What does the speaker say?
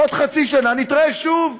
עוד חצי שנה נתראה שוב,